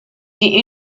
die